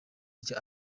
rya